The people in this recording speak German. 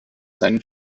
seinen